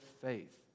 faith